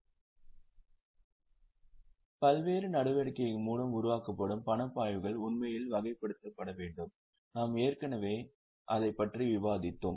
இப்போது பல்வேறு நடவடிக்கைகள் மூலம் உருவாக்கப்படும் பணப்பாய்வுகள் உண்மையில் வகைப்படுத்தப்பட வேண்டும் நாம் ஏற்கனவே அதைப் பற்றி விவாதித்தோம்